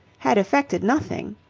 had effected nothing.